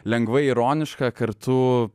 lengvai ironiška kartu